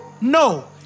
No